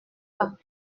pas